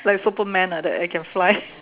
like superman like that I can fly